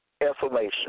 information